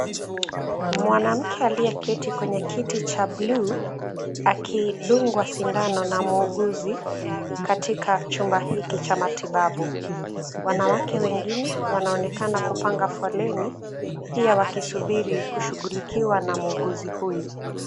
Mwanamke aliyeketi kwenye kiti cha bluu akidungwa sindano na muuguzi katika chumba hiki cha matibabu. Wanawake wengine wanaonekana kupanga foleni, pia wakisubiri kushughulikiwa na muuguzi huyu.